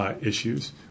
issues